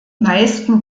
meisten